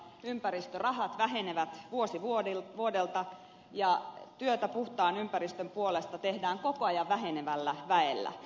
ympäristörahat vähenevät vuosi vuodelta ja työtä puhtaan ympäristön puolesta tehdään koko ajan vähenevällä väellä